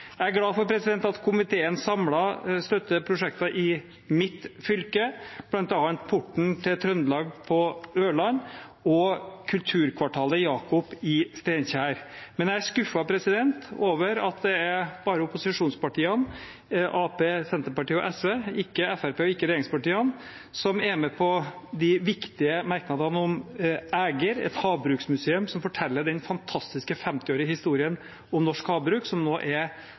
Jeg er glad for at komiteen samlet støtter prosjekter i mitt fylke, bl.a. Porten til Trøndelag på Ørland og Kulturkvartalet Jakob i Steinkjer. Men jeg er skuffet over at det er bare opposisjonspartiene – Arbeiderpartiet, Senterpartiet og SV, ikke Fremskrittspartiet og ikke regjeringspartiene – som er med på de viktige merknadene om Ægir, et havbruksmuseum som forteller den fantastiske 50-årige historien om norsk havbruk, som nå er